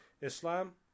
Islam